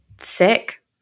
sick